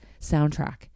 soundtrack